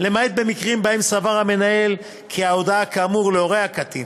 למעט במקרים שבהם סבר המנהל כי ההודעה כאמור להורי הקטין